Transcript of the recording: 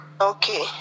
Okay